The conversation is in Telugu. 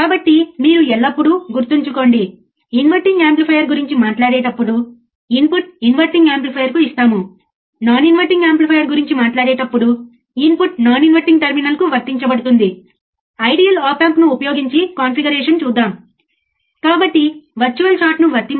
కాబట్టి అవుట్పుట్ వోల్టేజ్ 0 కాదా అని మీరు అర్థం చేసుకోవాలనుకుంటే మరియు అవుట్పుట్ వద్ద మేము ఎంత వోల్టేజ్ ఇవ్వాలి అప్పుడు మీరు సర్క్యూట్ను ఇలా కనెక్ట్ చేయాలి ఇప్పుడు సర్క్యూట్ను చిత్రంలో చూపిన విధంగా కనెక్ట్ చేయడాన్ని చూద్దాం ఇది చాలా సులభం